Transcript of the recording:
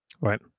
Right